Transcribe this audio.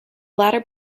latter